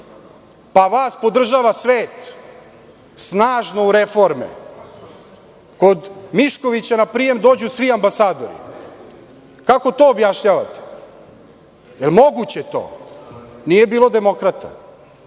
pa vas podržava svet snažno u reformama. Kod Miškovića na prijem dođu svi ambasadori. Kako to objašnjavate? Da li je to moguće? Nije bilo demokrata.